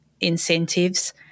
incentives